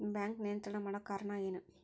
Bank ನಿಯಂತ್ರಣ ಮಾಡೊ ಕಾರ್ಣಾ ಎನು?